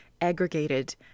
aggregated